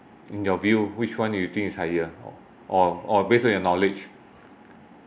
in your view which one do you think is higher or or or based on your knowledge